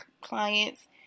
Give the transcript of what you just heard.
clients